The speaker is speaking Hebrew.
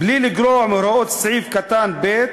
"בלי לגרוע מהוראות סעיף קטן (ב),